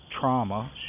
trauma